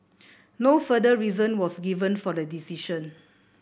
no further reason was given for the decision